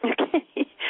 Okay